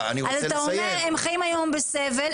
אז אתה אומר - הם חיים היום בסבל,